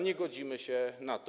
Nie godzimy się na to.